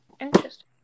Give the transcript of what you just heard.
Interesting